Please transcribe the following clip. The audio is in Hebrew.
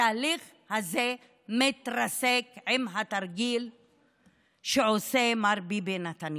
התהליך הזה מתרסק עם התרגיל שעושה מר ביבי נתניהו.